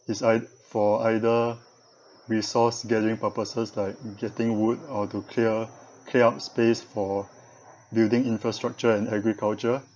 it's ei~ for either resource gathering purposes like getting wood or to clear clear out space for building infrastructure and agriculture